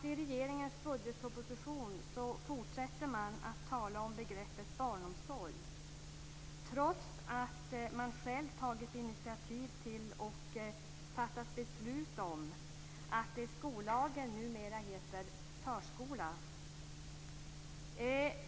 I regeringens budgetproposition fortsätter man att tala om begreppet barnomsorg trots att man själv tagit initiativ till och fattat beslut om att det i skollagen numera heter förskola.